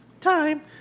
time